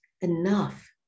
enough